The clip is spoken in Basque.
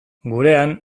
gurean